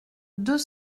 deux